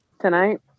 Tonight